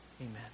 Amen